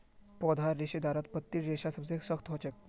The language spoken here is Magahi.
पौधार रेशेदारत पत्तीर रेशा सबसे सख्त ह छेक